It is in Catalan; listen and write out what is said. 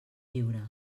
lliure